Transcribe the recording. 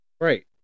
right